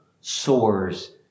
soars